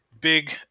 big